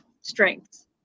strengths